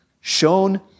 shown